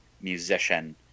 musician